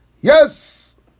Yes